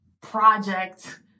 project